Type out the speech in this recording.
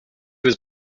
was